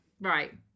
right